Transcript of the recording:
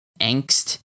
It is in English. angst